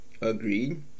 Agreed